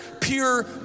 pure